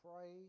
pray